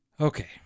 Okay